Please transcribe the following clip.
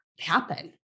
happen